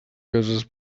cases